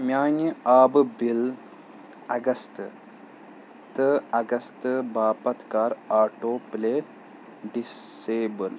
میٛانہِ آبہٕ bill August تہٕ اَگست باپتھ کَر آٹو پُلے ڈِس ایٚبل